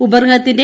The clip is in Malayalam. ഉപഗ്രഹത്തിന്റെ